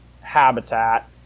habitat